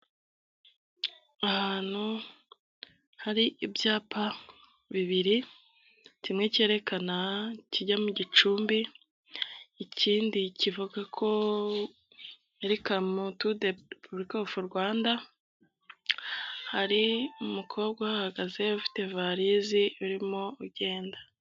Ahantu hari ibyapa bibiri, kimwe cyerekana kijya mu gicumbi, ikindi kivuga ko welcome to the Republic of Rwanda hari umukobwa uhahagaze ufite varizi urimo ugenda.